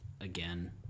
again